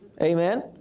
Amen